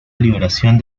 liberación